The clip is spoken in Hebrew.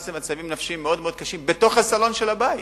למצבים נפשיים מאוד מאוד קשים בתוך הסלון של הבית,